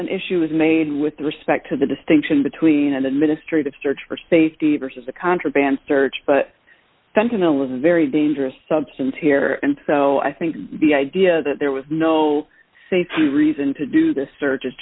an issue was made with respect to the distinction between an administrative search for safety versus a contraband search but fentanyl is a very dangerous substance here and so i think the idea that there was no safety reason to do this search